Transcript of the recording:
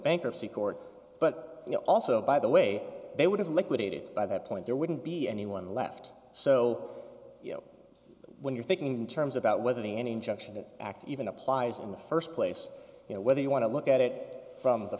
bankruptcy court but also by the way they would have liquidated by that point there wouldn't be anyone left so you know when you're thinking in terms about whether any injunction act even applies in the st place you know whether you want to look at it from the